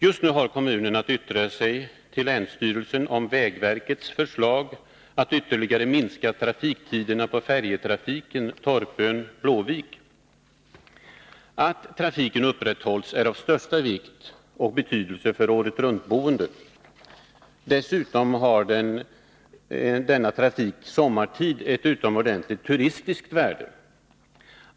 Just nu har kommunen att yttra sig till länsstyrelsen om vägverkets förslag att ytterligare minska trafiktiderna för färjetrafiken Korpön-Blåvik. Att trafiken upprätthålls är av största vikt och betydelse för åretruntboende. Dessutom har trafiken sommartid ett utomordentligt turistiskt värde.